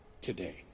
today